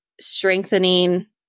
strengthening